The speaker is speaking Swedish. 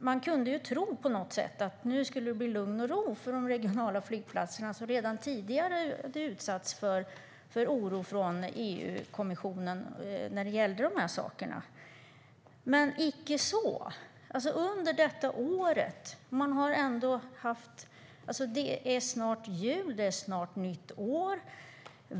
Man kunde tro att det nu skulle bli lugn och ro för de regionala flygplatserna, som redan tidigare hade utsatts för oro av EU-kommissionen när det gällde de här sakerna - men icke. Det är snart jul. Det är snart ett nytt år.